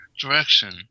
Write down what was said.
direction